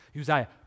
Uzziah